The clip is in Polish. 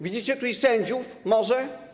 Widzicie tutaj sędziów może?